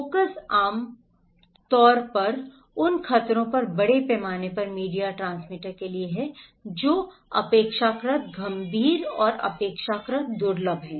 focus आम तौर पर उन खतरों पर बड़े पैमाने पर मीडिया ट्रांसमीटर के लिए है जो अपेक्षाकृत गंभीर और अपेक्षाकृत दुर्लभ हैं